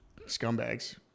scumbags